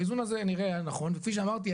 האיזון הזה הוא זה שנראה הנכון וכפי שאמרתי,